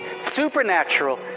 supernatural